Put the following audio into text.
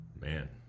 Man